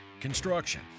construction